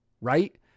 right